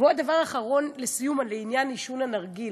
ועוד דבר אחרון לסיום, לעניין עישון הנרגילה,